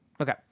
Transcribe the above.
Okay